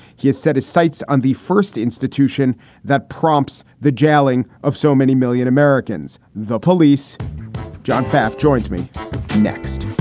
he has set his sights on the first institution that prompts the jailing of so many million americans, the police john pfaff joins me next